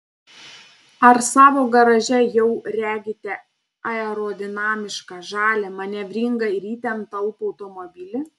ar savo garaže jau regite aerodinamišką žalią manevringą ir itin talpų automobilį